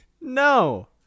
No